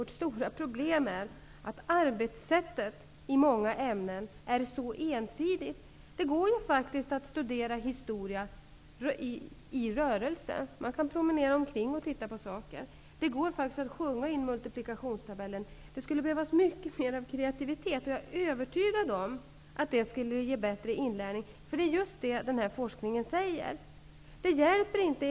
Vårt stora problem är att arbetssättet i många ämnen är så ensidigt. Det går faktiskt att studera historia när man befinner sig i rörelse. Man kan promenera omkring och titta på saker. Det går faktiskt att sjunga in multiplikationstabellen. Det skulle behövas mycket mer kreativitet. Jag är övertygad om att det skulle ge bättre inlärning. Forskningen säger just detta.